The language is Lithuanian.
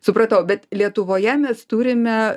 supratau bet lietuvoje mes turime